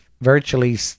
virtually